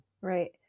Right